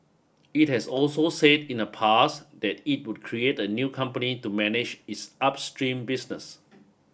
it has also said in the past that it would create a new company to manage its upstream business